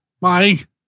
Mike